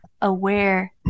aware